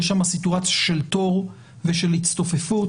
יש שם סיטואציה של תור ושל הצטופפות,